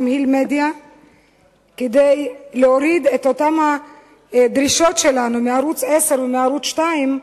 תמהיל מדיה כדי להוריד את אותן דרישות שלנו מערוץ-10 ומערוץ-2,